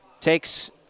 Takes